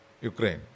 Ukraine